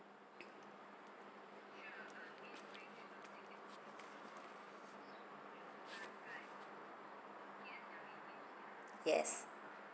yes